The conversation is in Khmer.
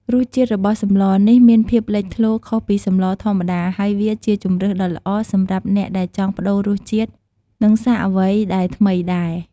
រសជាតិរបស់សម្លនេះមានភាពលេចធ្លោខុសពីសម្លធម្មតា ហើយវាជាជម្រើសដ៏ល្អសម្រាប់អ្នកដែលចង់ប្តូររសជាតិ និងសាកអ្វីដែលថ្មីដែរ។